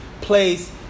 place